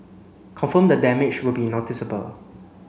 confirm the damage would be noticeable